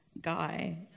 guy